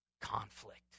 conflict